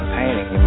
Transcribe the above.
painting